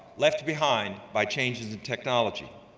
left behind by changes in technology.